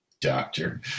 doctor